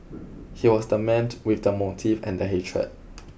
he was the man with the motive and the hatred